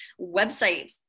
website